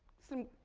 some.